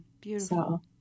Beautiful